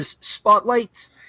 spotlights